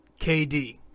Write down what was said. KD